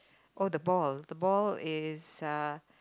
oh the ball the ball is uh